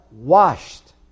Washed